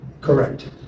Correct